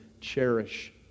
cherish